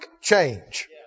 change